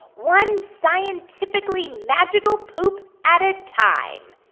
one scientifically magical poop at a time.